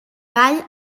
gall